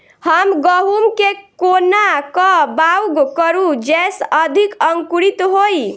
हम गहूम केँ कोना कऽ बाउग करू जयस अधिक अंकुरित होइ?